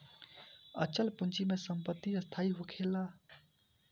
अचल पूंजी में संपत्ति स्थाई होखेला